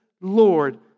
Lord